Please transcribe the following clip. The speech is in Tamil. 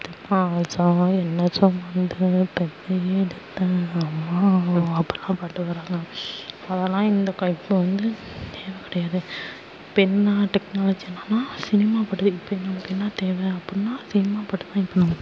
பத்து மாதம் என்ன சுமந்த பெத்து எடுத்த அம்மா அப்பட்லாம் பாட்டு பாடுறாங்க அதெல்லாம் இந்த இப்போ வந்து தேவை கிடையாது இப்போ என்ன டெக்னாலஜி என்னன்னா சினிமா பாட்டு தான் இப்போ நமக்கு என்ன தேவை அப்பட்னா சினிமா பாட்டு தான் இப்போ நமக்கு தேவை